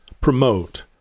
promote